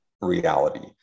reality